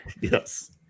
Yes